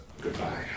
goodbye